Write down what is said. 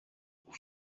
vous